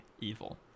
evil